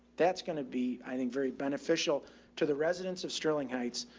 that's going to be, i think, very beneficial to the residents of sterling heights,